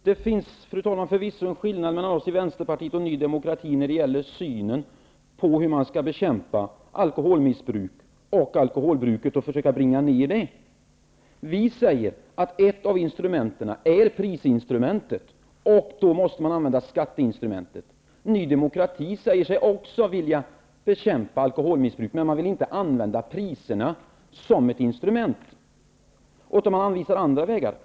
Fru talman! Det finns förvisso en skillnad mellan oss i Vänsterpartiet och Ny demokrati när det gäller synen på hur man skall bekämpa alkoholmissbruk och alkholbruk och försöka bringa ner det. Vi säger att ett av instrumenten är prisinstrumentet och att man då måste använda skatteinstrumentet. Ny demokrati säger sig också vilja bekämpa alkoholmissbruk, men man vill inte använda priserna som ett instrument, utan man anvisar andra vägar.